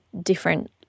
different